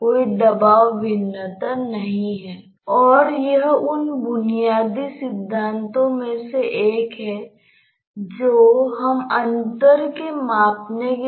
तो इस पार कोई शुद्ध प्रवाह नहीं है